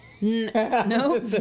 No